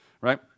right